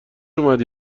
اومدی